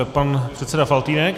Pan předseda Faltýnek.